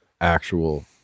actual